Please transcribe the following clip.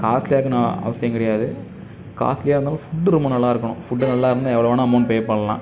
காஸ்ட்லியாக இருக்கணும்னு அவசியம் கிடையாது காஸ்ட்லியாக இருந்தாலும் ஃபுட்டு ரொம்ப நல்லாயிருக்கணும் ஃபுட்டு நல்லாயிருந்தா எவ்வளோ வேணால் அமோண்ட் பே பண்ணலாம்